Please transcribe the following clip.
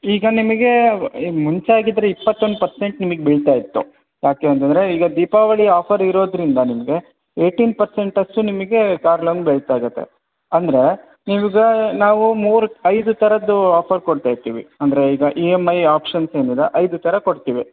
ಈಗ ನಿಮಿಗೇ ಮುಂಚೆ ಆಗಿದ್ದರೆ ಇಪ್ಪತ್ತೊಂದು ಪರ್ಸೆಂಟ್ ನಿಮ್ಮಿಗೆ ಬೀಳ್ತಾ ಇತ್ತು ಯಾಕೇಂತಂದರೆ ಈಗ ದೀಪಾವಳಿ ಆಫರ್ ಇರೋದರಿಂದ ನಿಮಗೆ ಏಟಿನ್ ಪರ್ಸೆಂಟ್ ಅಷ್ಟು ನಿಮಿಗೆ ಕಾರ್ ಲೋನ್ ಬೇಕಾಗುತ್ತೆ ಅಂದರೆ ನೀವು ಈಗ ನಾವು ಮೂರು ಐದು ತರದ್ದೂ ಆಫರ್ ಕೊಡ್ತಾ ಇರ್ತೀವಿ ಅಂದರೆ ಈಗ ಇ ಎಮ್ ಐ ಒಪ್ಶನ್ಸ್ ಏನಿದೆ ಐದು ಥರ ಕೊಡ್ತೀವಿ